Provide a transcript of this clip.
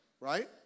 Right